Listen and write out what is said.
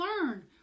learn